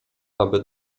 aby